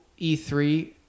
E3